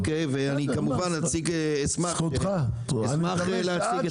כמובן שאשמח להציג את העבודה שלהם.